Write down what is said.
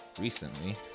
recently